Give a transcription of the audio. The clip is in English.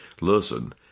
Listen